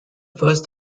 first